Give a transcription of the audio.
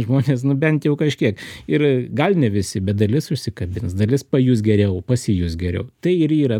žmonės bent jau kažkiek ir gal ne visi bet dalis užsikabins dalis pajus geriau pasijus geriau tai ir yra